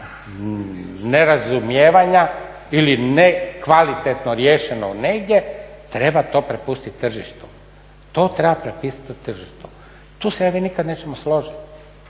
nerazumijevanja ili nekvalitetno riješeno negdje, treba to prepustit tržištu, to treba prepustiti tržištu. Tu se ja i vi nikad nećemo složiti,